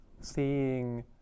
Seeing